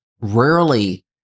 rarely